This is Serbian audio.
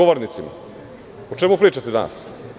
O čemu pričate danas?